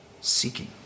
seeking